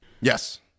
Yes